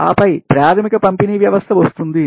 ఆపై ప్రాధమిక పంపిణీ వ్యవస్థ వస్తుంది